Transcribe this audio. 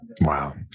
Wow